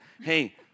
hey